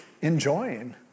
enjoying